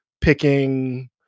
picking